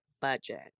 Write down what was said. budget